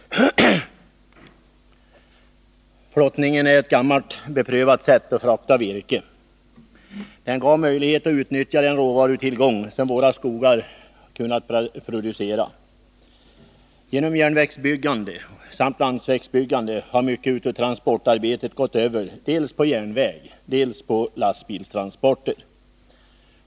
Herr talman! Flottningen är ett gammalt beprövat sätt att frakta virke. Den gav möjlighet att utnyttja den råvarutillgång som våra skogar kunnat producera. Genom järnvägsbyggande samt landsvägsbyggande har mycket av transportarbetet gått över dels på järnväg, dels på lastbilstransporter.